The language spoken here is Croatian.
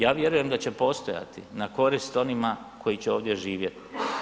Ja vjerujem da će postojati na korist onima koji će ovdje živjeti.